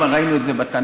גם ראינו את זה בתנ"ך,